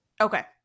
Okay